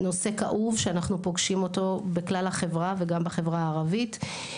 נושא כאוב שאנחנו פוגשים אותו בכלל החברה וגם בחברה הערבית.